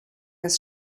das